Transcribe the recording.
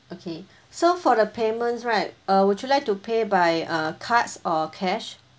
okay so for the payments right err would you like to pay by err cards or cash